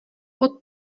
pod